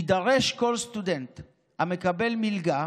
יידרש כל סטודנט המקבל מלגה